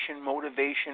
motivation